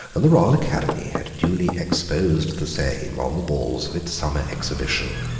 and the royal academy had duly exposed the same on the walls of its summer exhibition.